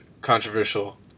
controversial